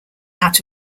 out